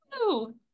Woo